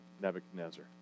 Nebuchadnezzar